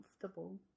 comfortable